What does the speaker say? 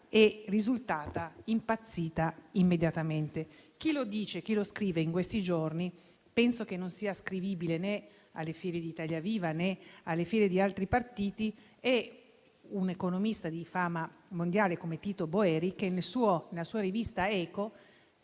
risultata immediatamente impazzita. Chi lo dice e chi lo scrive, in questi giorni, penso che non sia ascrivibile né alle file di Italia Viva, né alle file di altri partiti. È un economista di fama mondiale come Tito Boeri, che, nella sua rivista «Eco»,